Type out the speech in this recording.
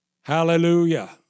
Hallelujah